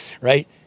right